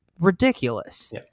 ridiculous